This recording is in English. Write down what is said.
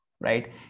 right